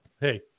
Hey